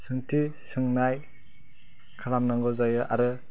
सोंथि सोंनाय खालामनांगौ जायो आरो